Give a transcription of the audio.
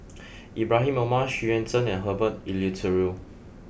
Ibrahim Omar Xu Yuan Zhen and Herbert Eleuterio